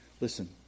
Listen